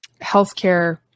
healthcare